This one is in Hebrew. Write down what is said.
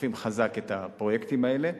דוחפים חזק את הפרויקטים האלה.